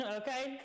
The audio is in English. okay